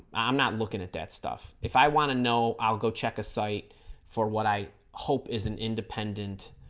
i'm not looking at that stuff if i want to know i'll go check a site for what i hope is an independent